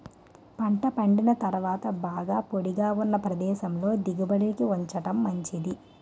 పంట పండిన తరువాత బాగా పొడిగా ఉన్న ప్రదేశంలో దిగుబడిని ఉంచడం మంచిది